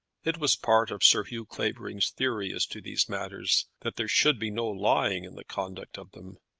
it was part of sir hugh clavering's theory as to these matters that there should be no lying in the conduct of them.